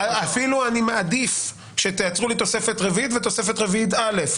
שאפילו אני מעדיף שתייצרו לי תוספת רביעית ותוספת רביעית א',